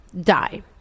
Die